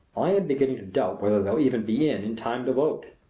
i am beginning to doubt whether they'll even be in in time to vote!